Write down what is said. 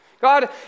God